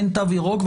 אין תו ירוק,